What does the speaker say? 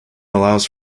allows